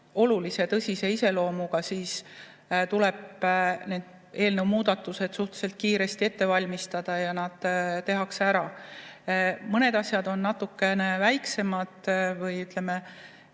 olulise, tõsise iseloomuga, siis tuleb eelnõu muudatused suhteliselt kiiresti ette valmistada ja need tehakse ära. Mõned asjad on natukene väiksemad, või ütleme,